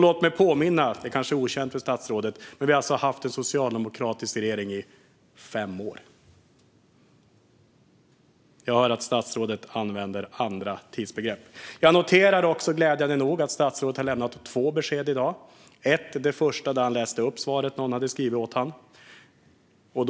Låt mig påminna om - det kanske är okänt för statsrådet - att vi har haft en socialdemokratisk regering i fem år. Jag hör att statsrådet använder andra tidsbegrepp. Jag noterar också, glädjande nog, att statsrådet har lämnat två besked i dag. Det första gav han när han läste upp svaret som någon hade skrivit åt honom.